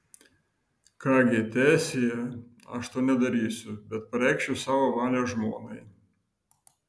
ką gi teesie aš to nedarysiu bet pareikšiu savo valią žmonai